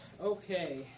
Okay